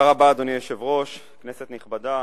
אדוני היושב-ראש, תודה רבה, כנסת נכבדה,